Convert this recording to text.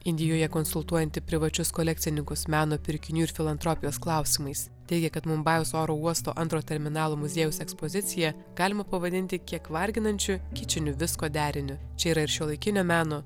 indijoje konsultuojanti privačius kolekcininkus meno pirkinių ir filantropijos klausimais teigia kad mumbajaus oro uosto antro terminalo muziejaus ekspoziciją galima pavadinti kiek varginančiu kičiniu visko deriniu čia yra ir šiuolaikinio meno